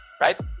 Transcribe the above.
Right